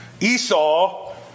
Esau